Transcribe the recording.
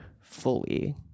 fully